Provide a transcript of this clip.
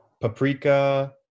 paprika